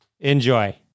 Enjoy